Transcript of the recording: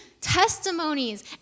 testimonies